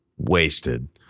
wasted